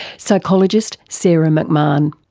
psychologist sarah mcmahon.